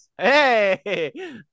Hey